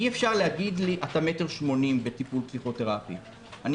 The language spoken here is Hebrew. אי אפשר להגיד לי בטיפול פסיכותרפי: אתה 1.80 מטר.